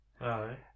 Aye